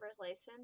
license